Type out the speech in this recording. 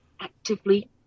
actively